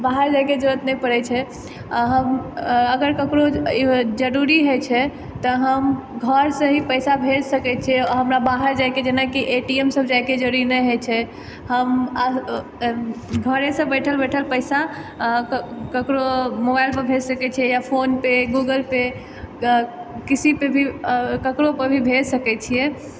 बाहर जाइके जरूरत नहि पड़ै छै आओर हम अगर ककरो जरूरी होइ छै तऽ हम घरसँ ही पैसा भेज सकै छियै हमरा बाहर जाइके जेनाकि ए टी एम बैठल पैसा ककरो मोबाइलपर भेज सकै छियै या फोन पे गूगल पे किसी पे भी ककरोपर भी भेज सकै छियै